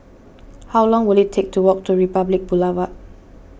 how long will it take to walk to Republic Boulevard